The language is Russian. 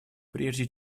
прежде